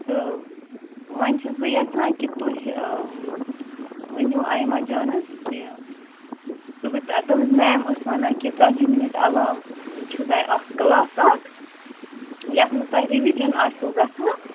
تہٕ وۄنۍ چھس بہٕ یژھان کہِ تُہۍ ؤنِو آیمہ جانس کہِ صبحہٕ پٮ۪ٹھ تُہنٛز میم ٲس ونان کہِ ژَتجِی مِنٹ علاوٕ چھُو تۄہہِ اکھ کٕلاس اکھ یتھ منٛز تۄہہِ رِوِجن آسوٕ گژھان